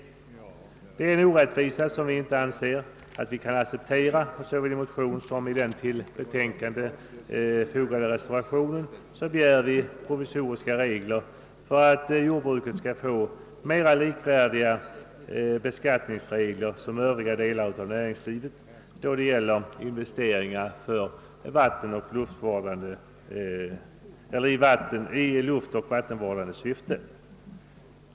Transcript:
Detta är en orättvisa som vi inte anser oss kunna acceptera, och såväl i motionen som i den till betänkandet fogade reservationen begär vi provisoriska regler för att jordbruket skall få i förhållande till det övriga näringslivet mera likvärdiga beskattningsregler beträffande investeringar i luftoch vattenvårdande syfte.